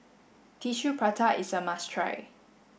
tissue prata is a must try